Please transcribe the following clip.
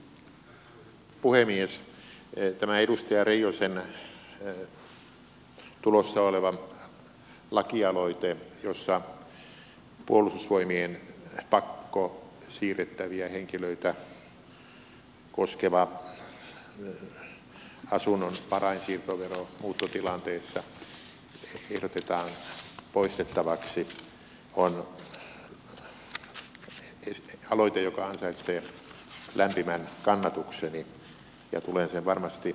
tämä edustaja reijosen tulossa oleva lakialoite jossa puolustusvoimien pakkosiirrettäviä henkilöitä koskeva asunnon varainsiirtovero muuttotilanteessa ehdotetaan poistettavaksi on aloite joka ansaitsee lämpimän kannatukseni ja tulen sen varmasti allekirjoittamaan